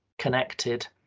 connected